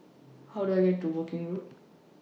How Do I get to Woking Road